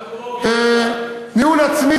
ניהול עצמי,